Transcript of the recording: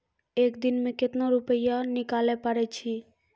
एक दिन मे केतना रुपैया निकाले पारै छी?